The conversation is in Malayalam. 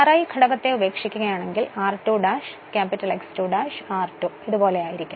Ri ഘടകത്തെ ഉപേക്ഷിക്കുകയാണെങ്കിൽ r2 ' X 2 ' r2 ഇതുപോലെയായിരിക്കും